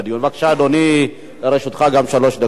בבקשה, אדוני, גם לרשותך שלוש דקות.